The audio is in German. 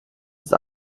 ist